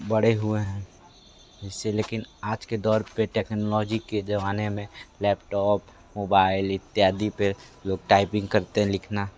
बड़े हुए हैं इस से लेकिन आज के दौर पे टेक्नोलॉजी के ज़माने में लैपटॉप मोबाइल इत्यादि पर लोग टाइपिंग करते हैं लिखना